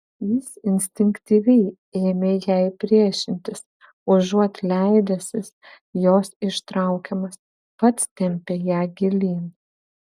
jis instinktyviai ėmė jai priešintis užuot leidęsis jos ištraukiamas pats tempė ją gilyn